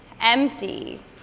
Empty